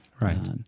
Right